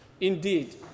Indeed